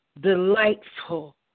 delightful